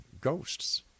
ghosts